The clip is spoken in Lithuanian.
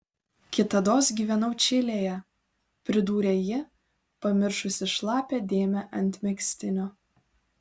kitados gyvenau čilėje pridūrė ji pamiršusi šlapią dėmę ant megztinio